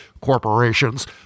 corporations